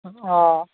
অঁ